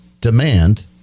Demand